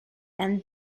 and